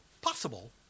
possible